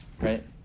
Right